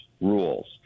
rules